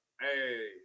Hey